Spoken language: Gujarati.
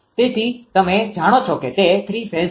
તેથી તમે જાણો છો કે તે 3 ફેઝ છે